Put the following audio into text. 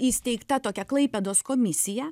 įsteigta tokia klaipėdos komisija